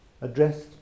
addressed